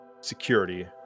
security